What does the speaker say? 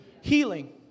healing